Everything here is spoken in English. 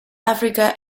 africa